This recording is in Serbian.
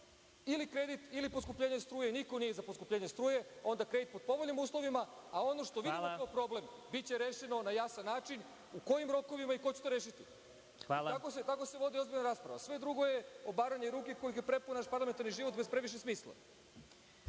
ili kredit, ili poskupljenje struje, niko nije za poskupljenje struje, onda kredit pod povoljnim uslovima, a ono što vidimo kao problem biće rešeno na jasan način, u kojim rokovima i ko će to rešiti. Tako se vodi ozbiljna rasprava, sve drugo je obaranje ruke, kojeg je prepun naš parlamentarni život, bez previše smisla.